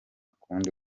kundi